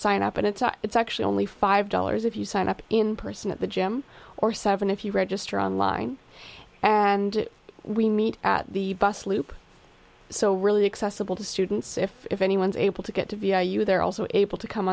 sign up and it's it's actually only five dollars if you sign up in person at the gym or seven if you register online and we meet at the bus loop so really accessible to students if anyone's able to get to via you they're also able to come